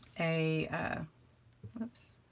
a oops.